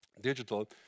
digital